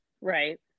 Right